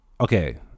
okay